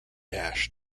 hash